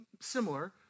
similar